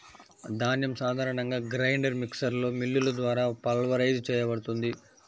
ధాన్యం సాధారణంగా గ్రైండర్ మిక్సర్లో మిల్లులు ద్వారా పల్వరైజ్ చేయబడుతుంది